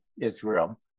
Israel